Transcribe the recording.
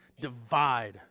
divide